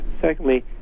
Secondly